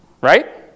right